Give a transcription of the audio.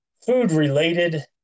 food-related